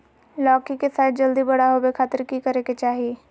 लौकी के साइज जल्दी बड़ा होबे खातिर की करे के चाही?